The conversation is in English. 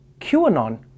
QAnon